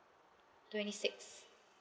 twenty six